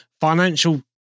financial